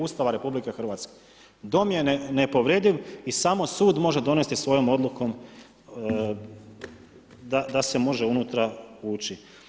Ustava RH, dom je nepovrediv i samo sud može donesti svojom odlukom da se može unutra ući.